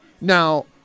Now